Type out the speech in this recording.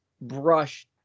brush